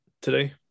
today